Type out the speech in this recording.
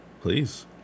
Please